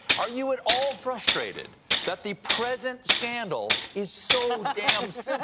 are you at all frustrated that the present scandal is so damn